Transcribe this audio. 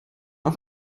auf